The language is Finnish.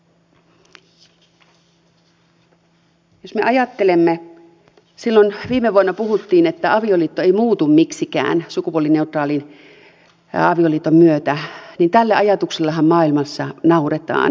jos me ajattelemme sitä että silloin viime vuonna puhuttiin että avioliitto ei muutu miksikään sukupuolineutraalin avioliiton myötä niin tälle ajatuksellehan maailmassa nauretaan